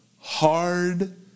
hard